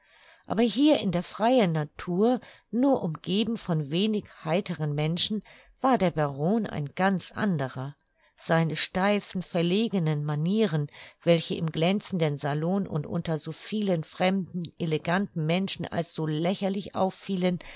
aber hier in der freien natur nur umgeben von wenig heiteren menschen war der baron ein ganz anderer seine steifen verlegenen manieren welche im glänzenden salon und unter so viel fremden eleganten menschen als so lächerlich auffielen